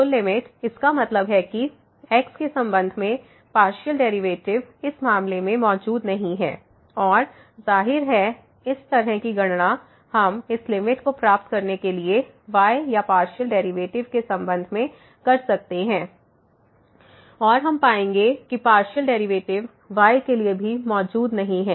तो लिमिट इसका मतलब है कि x के संबंध में पार्शियल डेरिवेटिव इस मामले में मौजूद नहीं है और जाहिर है इसी तरह की गणना हम इस लिमिट को प्राप्त करने के लिए y या पार्शियल डेरिवेटिव के संबंध में कर सकते हैं और हम पाएंगे कि पार्शियल डेरिवेटिव y के लिए भी मौजूद नहीं है